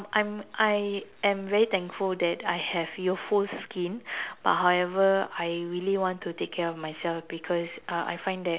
I'm I am very thankful that I have youthful skin but however I really want to take care of myself because uh I find that